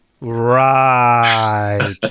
Right